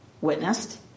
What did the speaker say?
witnessed